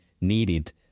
needed